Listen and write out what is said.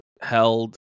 held